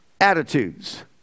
attitudes